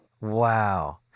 Wow